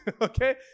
Okay